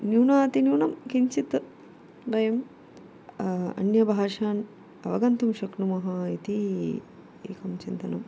न्यूनातिन्यूनं किञ्चित् वयं अन्यभाषान् अवगन्तुं शक्नुमः इति एकं चिन्तनम्